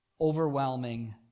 overwhelming